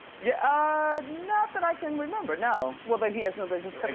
yeah ah not that i can remember, no. well then he has no business coming